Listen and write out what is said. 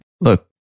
look